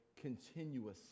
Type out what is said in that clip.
continuously